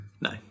No